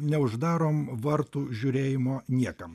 neuždarom vartų žiūrėjimo niekam